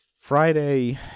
Friday